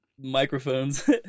microphones